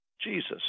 Jesus